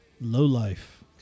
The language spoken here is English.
lowlife